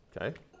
okay